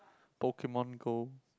Pokemon-Go